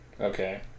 Okay